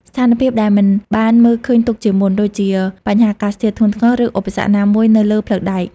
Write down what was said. ស្ថានភាពដែលមិនបានមើលឃើញទុកជាមុន ដូចជាបញ្ហាអាកាសធាតុធ្ងន់ធ្ងរ ឬឧបសគ្គណាមួយនៅលើផ្លូវដែក។